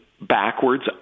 backwards